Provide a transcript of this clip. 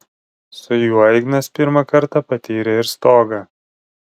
su juo ignas pirmą kartą patyrė ir stogą